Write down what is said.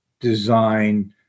design